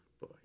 boy